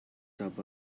top